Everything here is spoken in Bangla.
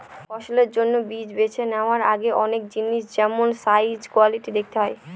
ফসলের জন্য বীজ বেছে নেওয়ার আগে অনেক জিনিস যেমল সাইজ, কোয়ালিটি দেখতে হয়